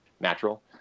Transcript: natural